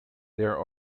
there